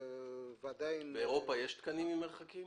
ועדיין --- באירופה יש תקנים למרחקים?